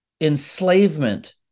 enslavement